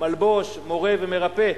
מלבוש, מורה ומרפא.